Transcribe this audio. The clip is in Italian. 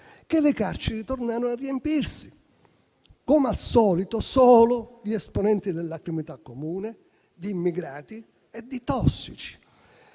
che le carceri ritornarono a riempirsi, come al solito, solo di esponenti della criminalità comune, di immigrati e di tossici: